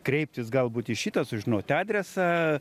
kreiptis galbūt į šitą sužinot adresą